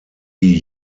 die